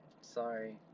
sorry